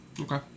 Okay